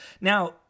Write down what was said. Now